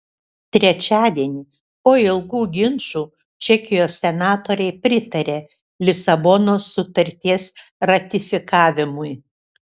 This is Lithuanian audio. trečiadienį po ilgų ginčų čekijos senatoriai pritarė lisabonos sutarties ratifikavimui